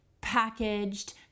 packaged